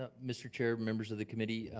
ah mr. chair, members of the committee,